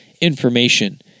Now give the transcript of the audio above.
information